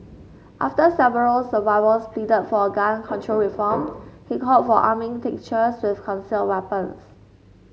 after several survivors pleaded for gun control reform he called for arming teachers with concealed weapons